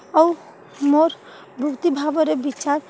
ଆଉ ମୋର ବୃତ୍ତି ଭାବରେ ବିଚାର